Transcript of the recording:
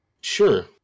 Sure